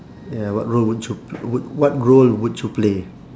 ya what role would you pl~ would what role would you play